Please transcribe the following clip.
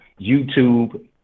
YouTube